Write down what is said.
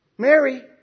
Mary